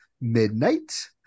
midnight